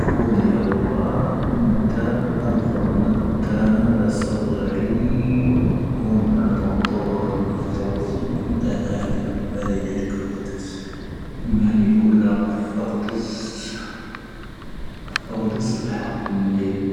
ⴼoⵓⵍ ⵢⴰⵔⴰ ⴰⵏⵜⴰ, ⴰⵍⵅⴰⴷⵎⴰⵜⴰ, ⵏⴰⵙⴰⵀⴰⵔⵔⵉ, ⵎoⵓⵍ ⵏⴰⵏ, ⴷⵀⴰⴰⵜ ⵜⴰⵡⵔⴰⵏ ⵎⴰⵜⴰⵡⵉⴼⵉⵜ, ⵏⵜⴰⵀⴰⵏⴻ ⵉ ⵎⴰⵏⵉⵏ ⴻⴷⴳⵍⵓ. ⵉ ⵎⴰⵏⵉⵏ ⵀoⵓⵍ ⵏⴰⵏ, ⴰⴼⴼⴰⴽⴰⴷⵉⵙ, ⴰⴼⴼⴰⴽⴰⴷⵉⵙ ⵍⵀⴰⵇⵏ ⴻⴷ.